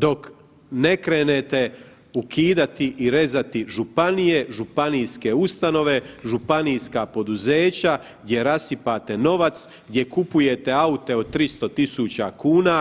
Dok ne krenete ukidati i rezati županije, županijske ustanove, županijska poduzeća gdje rasipate novac, gdje kupujete aute od 300.000,00